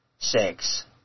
Six